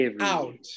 out